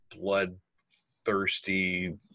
bloodthirsty